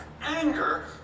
anger